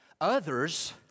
Others